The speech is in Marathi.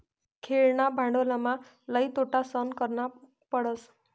खेळणा भांडवलमा लई तोटा सहन करना पडस